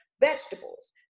vegetables